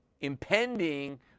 impending